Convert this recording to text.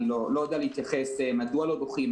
אני לא יודע להתייחס מדוע לא דוחים,